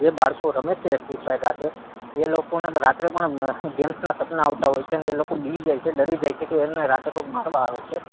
જે બાળકો રમે છે ફ્રી ફાયર રાતે એ લોકોને રાત્રે પણ ગેમ્સના સપના આવતા હોય છે ને એ લોકો બી જાય છે ડરી જાય છે કે એમને રાતે કોક મારવા આવે છે